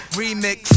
remix